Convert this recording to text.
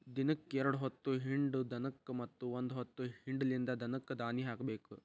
ದಿನಕ್ಕ ಎರ್ಡ್ ಹೊತ್ತ ಹಿಂಡು ದನಕ್ಕ ಮತ್ತ ಒಂದ ಹೊತ್ತ ಹಿಂಡಲಿದ ದನಕ್ಕ ದಾನಿ ಹಾಕಬೇಕ